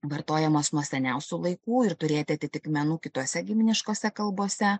vartojamos nuo seniausių laikų ir turėti atitikmenų kitose giminiškose kalbose